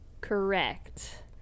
Correct